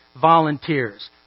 volunteers